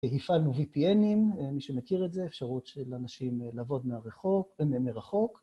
הפעלנו VPNים, מי שמכיר את זה, אפשרות של אנשים לעבוד מרחוק.